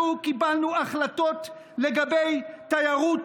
אנחנו קיבלנו החלטות לגבי תיירות,